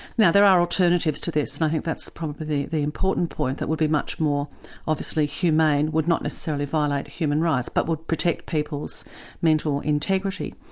now there are alternatives to this and i think that's probably the the important point that would be much more obviously humane, would not necessarily violate human rights, but would protect people's mental integrity,